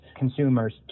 consumers